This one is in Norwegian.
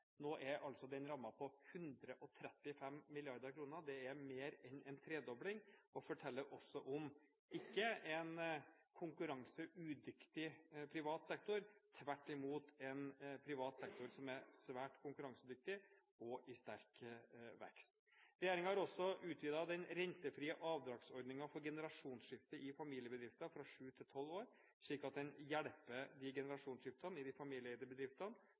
Nå er den rammen altså på 135 mrd. kr. Det er mer enn en tredobling, og det forteller ikke om en konkurranseudyktig privat sektor, men tvert imot om en privat sektor som er svært konkurransedyktig og i sterk vekst. Regjeringen har utvidet den rentefrie avdragsordningen for generasjonsskifte i familiebedrifter fra sju til tolv år, slik at det hjelper generasjonsskiftene i de familieeide bedriftene,